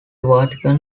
vatican